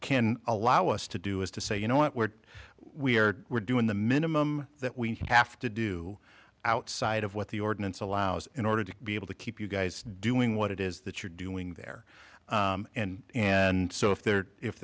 can allow us to do is to say you know what we're we are we're doing the minimum that we have to do outside of what the ordinance allows in order to be able to keep you guys doing what it is that you're doing there and so if there if